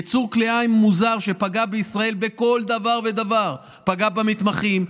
יצור כלאים מוזר שפגע בישראל בכל דבר ודבר: פגע במתמחים,